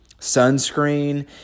sunscreen